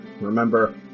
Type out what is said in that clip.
Remember